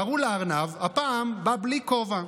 קראו לארנב, והפעם בא בלי כובע.